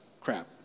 crap